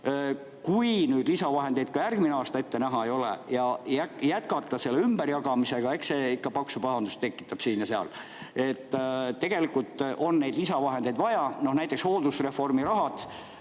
Kui lisavahendeid ka järgmisel aastal ette ei nähta ja jätkatakse ümberjagamisega, siis eks see ikka paksu pahandust tekitab siin ja seal. Tegelikult on neid lisavahendeid vaja. Näiteks hooldusreformi rahade